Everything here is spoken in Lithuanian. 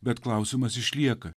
bet klausimas išlieka